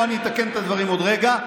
פה אני אתקן את הדברים עוד רגע,